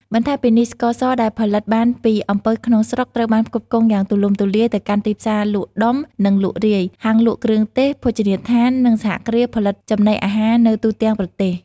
បន្ថែមពីនេះស្ករសដែលផលិតបានពីអំពៅក្នុងស្រុក ត្រូវបានផ្គត់ផ្គង់យ៉ាងទូលំទូលាយទៅកាន់ ទីផ្សារលក់ដុំ និងលក់រាយ ហាងលក់គ្រឿងទេស ភោជនីយដ្ឋាន និងសហគ្រាសផលិតចំណីអាហារនៅទូទាំងប្រទេស។